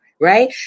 right